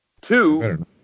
two